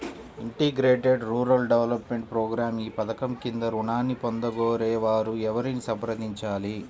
Integrated rural development program ఈ పధకం క్రింద ఋణాన్ని పొందగోరే వారు ఎవరిని సంప్రదించాలి?